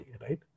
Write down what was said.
right